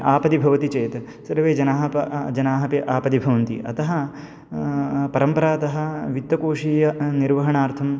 आपदि भवति चेत् सर्वे जनाः प जनाः अपि आपदिभवन्ति अत परम्परातः वित्तकोषीय निर्वहणार्थम्